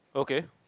okay